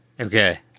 Okay